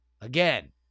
Again